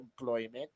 employment